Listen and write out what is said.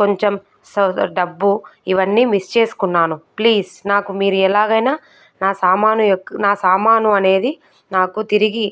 కొంచెం స డబ్బు ఇవన్నీ మిస్ చేసుకున్నాను ప్లీస్ నాకు మీరు ఎలాగైనా నా సామాను యొక్క నా సామాను అనేది నాకు తిరిగి